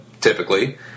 typically